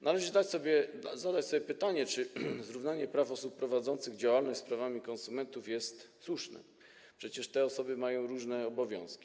Należy zadać sobie pytanie, czy zrównanie praw osób prowadzących działalność z prawami konsumentów jest słuszne, przecież te osoby mają różne obowiązki.